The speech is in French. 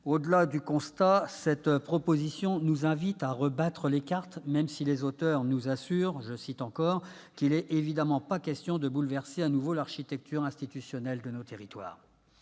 au-delà du constat, cette proposition nous invite à rebattre les cartes, même si les auteurs nous assurent qu'« il n'est évidemment pas question [...] de bouleverser à nouveau l'architecture institutionnelle de nos territoires